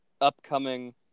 upcoming